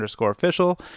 official